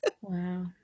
Wow